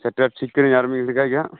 ᱥᱮᱴᱮᱨ ᱴᱷᱤᱠ ᱟᱠᱟᱱᱟᱹᱧ ᱦᱟᱜ ᱟᱨ ᱢᱤᱫ ᱜᱷᱟᱹᱲᱤ ᱠᱷᱟᱱ ᱜᱮ ᱦᱟᱜ